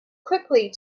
quickly